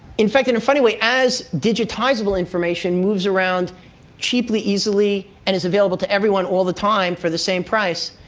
in fact, in a funny way, as digitizable information moves around cheaply, easily, and is available to everyone all the time for the same price,